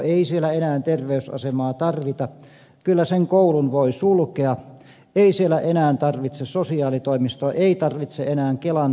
ei siellä enää terveysasemaa tarvita kyllä sen koulun voi sulkea ei siellä enää tarvita sosiaalitoimistoa ei tarvita enää kelan sivuvastaanottoa